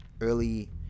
early